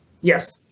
Yes